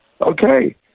okay